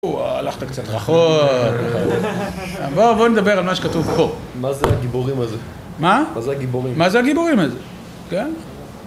הלכת קצת רחוק, בוא נדבר על מה שכתוב פה. מה זה הגיבורים הזה? מה? מה זה הגיבורים הזה? מה זה הגיבורים הזה? כן.